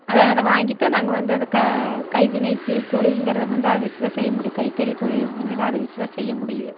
அதை அதை வாங்கித்தான் நாங்கள் வந்து அதை க கைவினை தே தொழிலுங்கிறதை வந்து அத வச்சி தான் செய்ய முடியும் கைத்தறி தொழிலுங்கிற அதை வச்சி தான் செய்ய முடியுது